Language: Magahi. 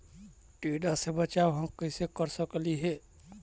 टीडा से बचाव हम कैसे कर सकली हे?